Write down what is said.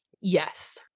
Yes